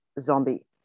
zombie